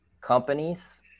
companies